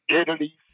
Italy